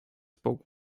spoke